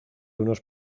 unos